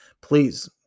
please